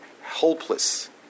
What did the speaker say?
helpless